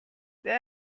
they